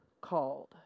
called